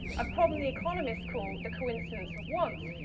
a problem the economists call the coincidence of wants,